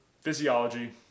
physiology